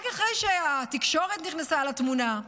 רק אחרי שהתקשורת נכנסה לתמונה,